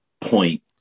point